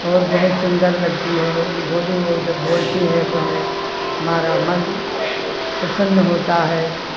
और बहुत सुंदर लगती है बोली जब वो बोलती है तो हमें हमारा मन प्रसन्न होता है